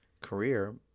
career